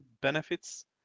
benefits